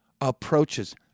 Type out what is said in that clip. approaches